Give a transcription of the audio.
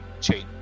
chain